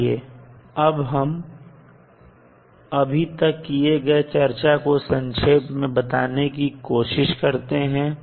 आइए अब हम अभी तक किए गए चर्चा को संक्षेप में बताने की कोशिश करते हैं